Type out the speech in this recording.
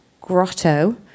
grotto